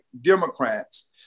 Democrats